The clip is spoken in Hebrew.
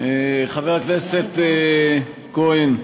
חבר הכנסת כהן,